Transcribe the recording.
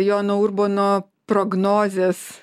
jono urbono prognozės